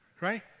Right